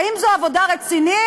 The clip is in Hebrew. האם זו עבודה רצינית,